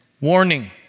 warning